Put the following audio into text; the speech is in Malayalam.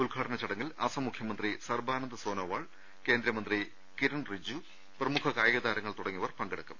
ഉദ്ഘാടന ചടങ്ങിൽ അസം മുഖ്യമന്ത്രി സർബാനന്ദ് സൊനോവാൾ കേന്ദ്രമന്ത്രി കിരൺ റിജ്ജു പ്രമുഖ കായിക താരങ്ങൾ തുടങ്ങിയവർ പങ്കെടുക്കും